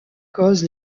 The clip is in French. cause